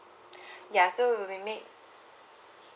ya so we will make